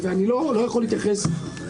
אם הכנסת רוצה לשנות את ההסדרים, לפטור את הממשלה,